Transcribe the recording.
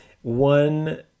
one